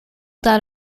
that